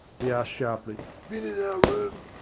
he asked sharply. bin in our room?